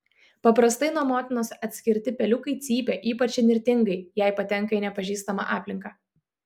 paprastai nuo motinos atskirti peliukai cypia ypač įnirtingai jei patenka į nepažįstamą aplinką